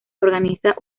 organiza